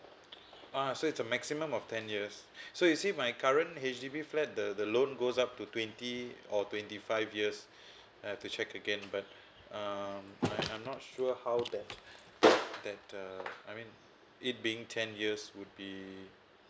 ah so it's a maximum of ten years so you see my current H_D_B flat the the loan goes up to twenty or twenty five years I have to check again but um I'm not sure how that that uh I mean it being ten years would be